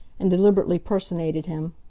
and deliberately personated him.